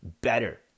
better